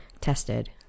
tested